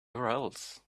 urls